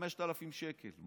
5,000 שקל.